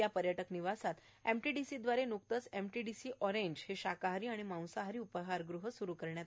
या पर्यटक निवासात एमटीडीसीद्वारे न्कतेच एमटीडीसी ऑरेंज हे शाकाहारी व मांसाहारी उपहारगृह सुरु करण्यात आले